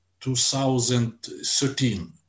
2013